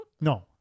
No